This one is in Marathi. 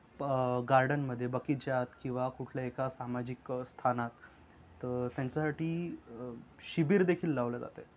गार्डनमध्ये बगीच्यात किंवा कुठल्याही एका सामाजिक स्थानात तर त्यांच्यासाठी शिबीरदेखील लावलं जातंय